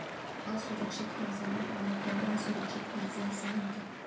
असुरक्षित कर्जांना प्रामुख्याने असुरक्षित कर्जे असे म्हणतात